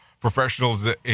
professionals